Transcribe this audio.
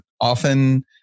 often